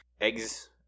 eggs –